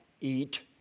eat